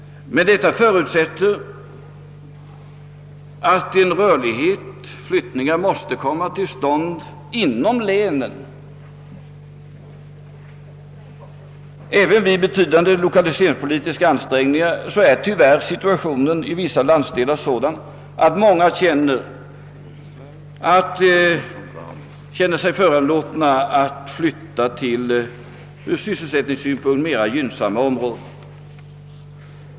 Detta förutsätter emellertid att rörlighet, d.v.s. flyttningar, kommer till stånd inom länen. Även vid betydande lokaliseringspolitiska ansträngningar är tyvärr situationen i vissa landsdelar sådan att många känner sig föranlåtna att fiytta till från sysselsättningssynpunkt mera gynnsamma områden.